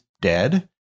dead